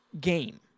game